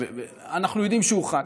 אנחנו יודעים שהוא חד.